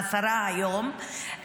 היום השרה,